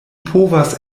povas